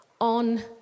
on